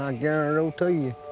i guarantee you.